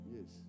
Yes